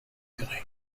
grès